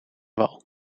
wal